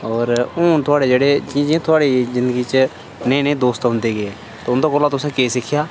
होर हू'न थोह्ड़े जेह्ड़े जि''यां च नेह नेह् दोस्त औंदे गे ते उं'दे कोला तुसें केह् सिक्खेआ